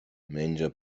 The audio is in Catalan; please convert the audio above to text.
menja